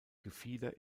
gefieder